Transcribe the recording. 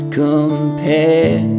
compare